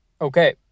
Okay